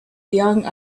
young